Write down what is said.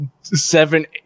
seven